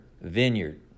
vineyard